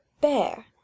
bear